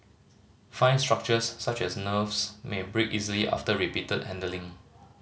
fine structures such as nerves may break easily after repeated handling